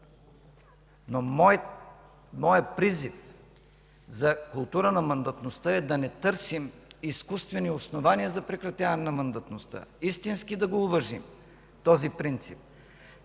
Но моят призив за култура на мандатността е да не търсим изкуствени основания за прекратяване на мандатността, истински да уважим този принцип.